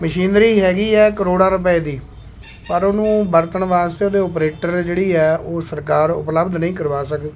machinery ਹੈਗੀ ਹੈ ਕਰੋੜਾਂ ਰੁਪਏ ਦੀ ਪਰ ਉਹਨੂੰ ਵਰਤਣ ਵਾਸਤੇ ਉਹਦੇ ਓਪਰੇਟਰ ਜਿਹੜੀ ਹੈ ਉਹ ਸਰਕਾਰ ਉਪਲਬਧ ਨਹੀਂ ਕਰਵਾ ਸਕ